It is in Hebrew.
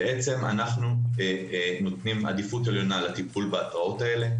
בעצם אנו נותנים עדיפות עליונה לטיפול בהתרעות האלה,